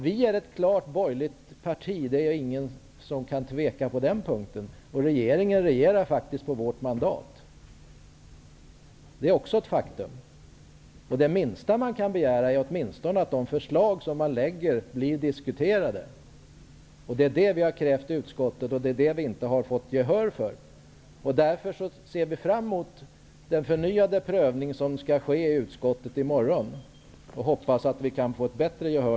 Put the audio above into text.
Vi är ett klart borgerligt parti -- det kan ingen tvivla på. Regeringen regerar faktiskt på vårt mandat -- det är också ett faktum. Det minsta man kan begära är att de förslag som man lägger fram blir diskuterade. Det har vi krävt i utskottet, och det har vi inte fått gehör för. Därför ser vi fram emot den förnyade prövning som skall ske i utskottet i morgon och hoppas att vi då kan få bättre gehör.